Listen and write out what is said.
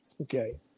Okay